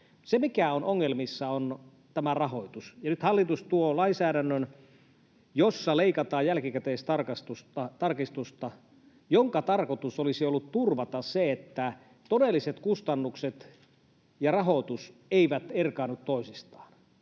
Se, mikä on ongelmissa, on tämä rahoitus, ja nyt hallitus tuo lainsäädännön, jossa leikataan jälkikäteistarkistusta, jonka tarkoitus olisi ollut turvata se, että todelliset kustannukset ja rahoitus eivät erkaannu toisistaan.